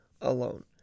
alone